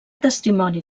testimoni